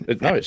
No